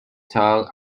thought